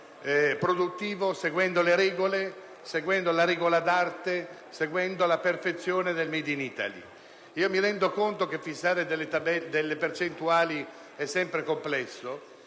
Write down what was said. produttivo seguendo la regola d'arte, seguendo la perfezione del *made in Italy*. Mi rendo conto che fissare delle percentuali è sempre complesso.